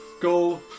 Go